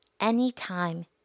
anytime